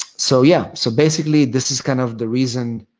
so, yeah. so, basically this is kind of the reason,